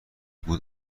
بود